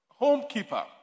homekeeper